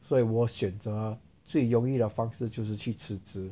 所以我选择最容易的方式就是去辞职